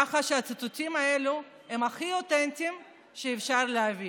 ככה שהציטוטים האלה הכי אותנטיים שאפשר להביא.